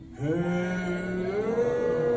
Hello